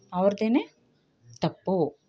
ಅವ್ರದೇ ತಪ್ಪು